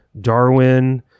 Darwin